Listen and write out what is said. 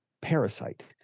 parasite